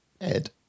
Ed